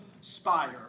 spire